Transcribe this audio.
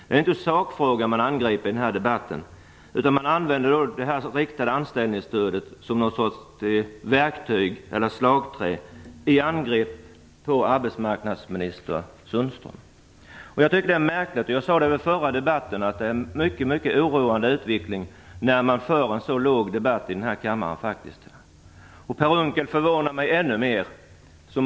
Det är inte sakfrågan man angriper, utan man använder det riktade anställningsstödet som någon sorts verktyg eller slagträ för att angripa arbetsmarknadsminister Anders Sundström. Det är en mycket oroande utveckling när man för en så låg debatt i denna kammare. Jag sade det i den förra debatten också. Per Unckel förvånar mig ännu mera.